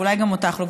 ואולי גם אותך לא,